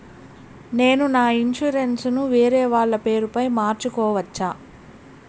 నేను నా ఇన్సూరెన్సు ను వేరేవాళ్ల పేరుపై మార్సుకోవచ్చా?